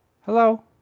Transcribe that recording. Hello